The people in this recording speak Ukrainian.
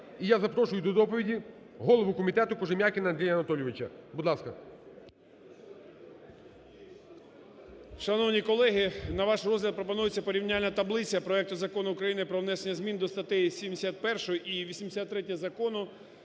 І я запрошую до доповіді голову комітету Кожем'якіна Андрія Анатолійовича. Будь ласка. 17:32:22 КОЖЕМ’ЯКІН А.А. Шановні колеги, на ваш розгляд пропонується порівняльна таблиця проекту Закону про внесення змін до статей 71 і 83 Закону